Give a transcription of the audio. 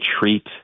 treat